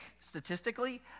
Statistically